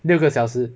六个小时